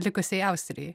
likusiai austrijai